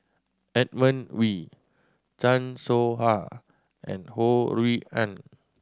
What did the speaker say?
Edmund Wee Chan Soh Ha and Ho Rui An